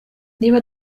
niba